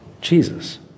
Jesus